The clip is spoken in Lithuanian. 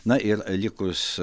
na ir likus